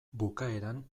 bukaeran